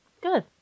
Good